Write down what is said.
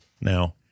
now